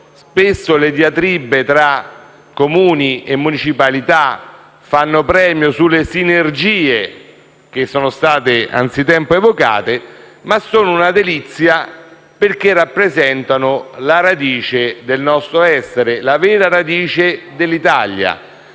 spesso le diatribe tra Comuni e municipalità fanno premio sulle sinergie che sono state anzi tempo evocate, ma sono una delizia perché rappresentano la radice del nostro essere, la vera radice dell'Italia.